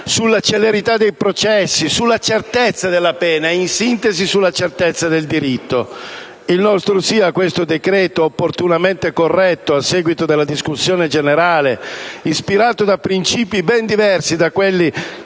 sulla celerità dei processi, sulla certezza della pena e, in sintesi, sulla certezza del diritto. Quindi, il provvedimento in esame, opportunamente corretto a seguito della discussione generale (ispirato da princìpi ben diversi da quelli